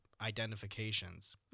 identifications